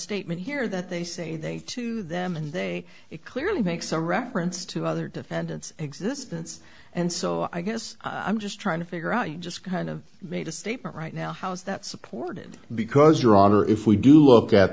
statement here that they say to them and they clearly make some reference to other defendants existence and so i guess i'm just trying to figure out you just kind of made a statement right now how is that supported because your honor if we do look at